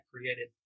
created